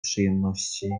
przyjemności